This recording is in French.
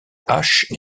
hache